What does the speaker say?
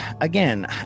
Again